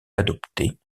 adoptée